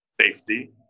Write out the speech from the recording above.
Safety